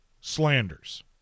slanders